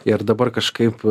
ir dabar kažkaip